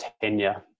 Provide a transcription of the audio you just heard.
tenure